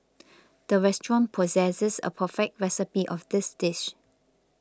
the restaurant possesses a perfect recipe of this dish